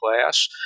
class